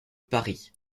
paris